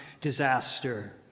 disaster